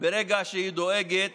ברגע שהיא דואגת